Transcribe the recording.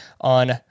on